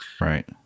Right